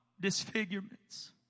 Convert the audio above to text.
disfigurements